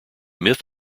myth